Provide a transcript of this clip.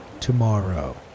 Tomorrow